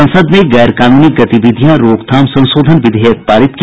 संसद ने गैरकानूनी गतिविधियां रोकथाम संशोधन विधेयक पारित किया